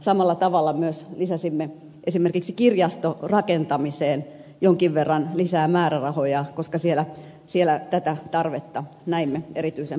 samalla tavalla myös lisäsimme esimerkiksi kirjastorakentamiseen jonkin verran lisää määrärahoja koska siellä tätä tarvetta näimme erityisen paljon